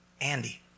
Andy